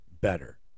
better